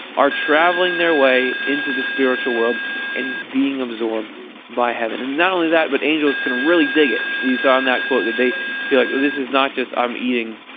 are traveling their way into the spiritual world and being absorbed by heaven. and not only that but angels can really dig it. you saw in that quote that they feel like, oh this is not just i'm eating